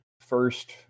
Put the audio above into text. first